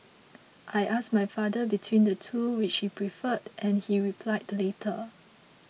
I asked my father between the two which he preferred and he replied the latter